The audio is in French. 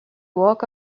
walk